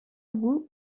woot